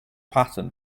pattern